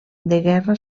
guerra